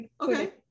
okay